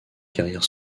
carrière